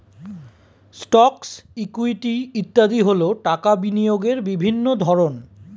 stocks, equity ইত্যাদি হল টাকা বিনিয়োগের বিভিন্ন ধরন